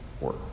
work